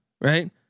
right